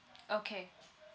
okay